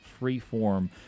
Freeform